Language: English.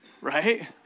right